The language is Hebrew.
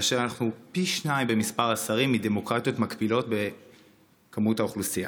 כאשר אנחנו פי שניים במספר השרים מדמוקרטיות מקבילות בהיקף האוכלוסייה.